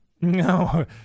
No